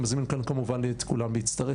אני מזמין כמובן את כולם להצטרף,